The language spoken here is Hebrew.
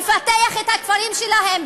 לפתח את הכפרים שלהם,